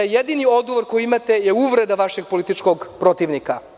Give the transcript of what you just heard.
Jedini odgovor koji imate je uvreda vašeg političkog protivnika.